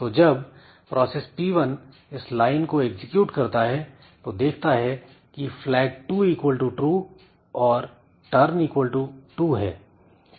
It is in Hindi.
तो जब प्रोसेस P1 इस लाइन को एग्जीक्यूट करता है तो देखता है की flag2 true और turn 2 है